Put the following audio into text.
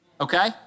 okay